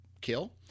kill